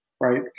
right